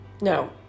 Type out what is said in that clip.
no